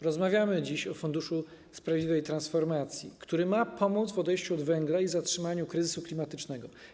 Rozmawiamy dziś o Funduszu Sprawiedliwej Transformacji, który ma pomóc w odejściu od węgla i zatrzymaniu kryzysu klimatycznego.